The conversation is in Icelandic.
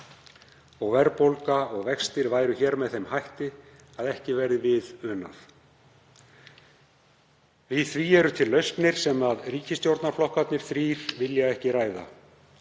og verðbólga og vextir hér með þeim hætti að ekki verði við unað. Við því eru til lausnir sem ríkisstjórnarflokkarnir þrír vilja ekki ræða.